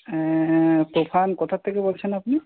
তুফান কোথা থেকে বলছেন আপনি